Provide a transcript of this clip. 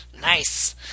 Nice